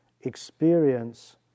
experience